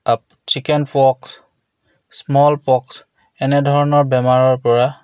chicken pox small pox এনেধৰণৰ বেমাৰৰপৰা